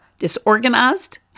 disorganized